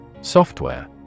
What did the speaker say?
Software